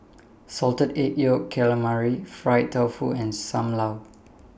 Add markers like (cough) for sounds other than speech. (noise) Salted Egg Yolk Calamari Fried Tofu and SAM Lau (noise)